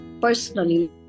personally